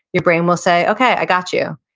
your brain will say, okay, i got you,